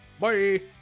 bye